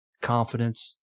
confidence